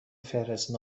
فهرست